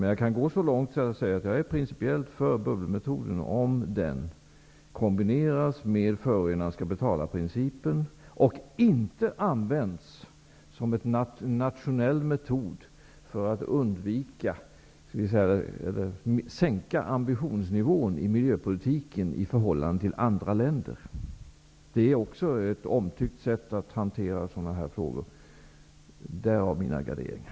Jag kan ändå gå så långt att jag säger att jag principiellt är för bubbelmetoden om den kombineras med principen att förorenaren skall betala och inte används som en nationell metod för att sänka ambitionsnivån i miljöpolitiken i förhållande till andra länder. Det är också ett omtyckt sätt att hantera sådana här frågor. Därav mina garderingar.